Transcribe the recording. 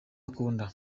akunda